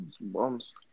Bums